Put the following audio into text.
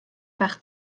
bach